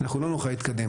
אנחנו לא נוכל להתקדם.